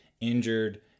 injured